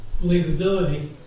believability